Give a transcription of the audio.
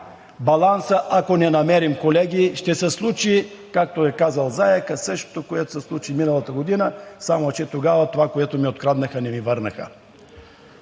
баланса, колеги, ще се случи, както е казал заекът – „същото, което се случи миналата година, само че тогава това, което ми откраднаха, не ми върнаха“.